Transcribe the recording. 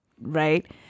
right